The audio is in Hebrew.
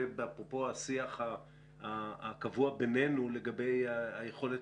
זה אפרופו השיח הקבוע בינינו לגבי היכולת